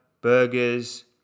burgers